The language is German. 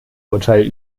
urteil